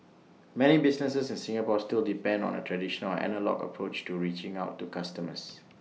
many businesses in Singapore still depend on A traditional or analogue approach to reaching out to customers